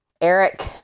Eric